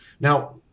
now